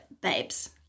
babes